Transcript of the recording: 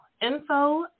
Info